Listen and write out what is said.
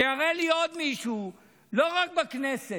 שיראה לי עוד מישהו, לא רק בכנסת,